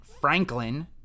Franklin